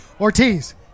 Ortiz